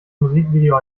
musikvideo